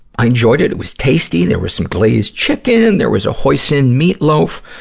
i enjoyed it. it was tasty. there was some glazed chicken. there was a hoisin meatloaf.